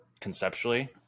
conceptually